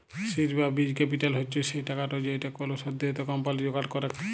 seed বা বীজ capital হচ্ছ সে টাকাটা যেইটা কোলো সদ্যজাত কম্পানি জোগাড় করেক